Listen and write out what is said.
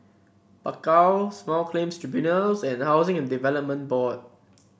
Bakau Small Claims Tribunals and Housing and Development Board